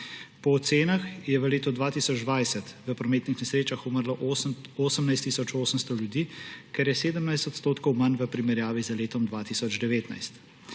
PO ocenah je v letu 2020 v prometnih nesrečah umrlo 18 tisoč 800 ljudi, kar je 17 % manj v primerjavi z letom 2019.